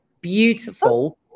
beautiful